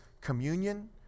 communion